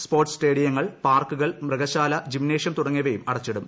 sports സ്റ്റേഡിയങ്ങൾ പാർക്കുകൾ മൃഗശാല ജിംനേഷ്യം തുടങ്ങിയവയും അടച്ചിടും